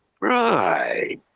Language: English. right